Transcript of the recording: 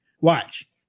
Watch